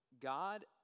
God